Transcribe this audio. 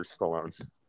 Stallone